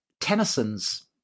Tennyson's